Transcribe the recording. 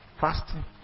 fasting